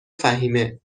فهیمهمگه